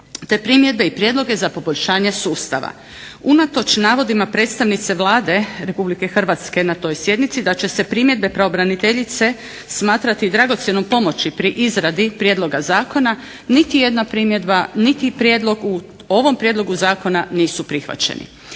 te primjedbe i prijedloge za poboljšanje sustava. Unatoč navodima predstavnice Vlade RH na toj sjednici da će se primjedbe pravobraniteljice smatrati dragocjenom pomoći pri izradi prijedloga zakona niti jedna primjedba niti prijedlog u ovom prijedlogu zakona nisu prihvaćeni.